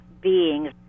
beings